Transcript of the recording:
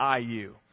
IU